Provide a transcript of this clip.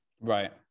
Right